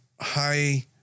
high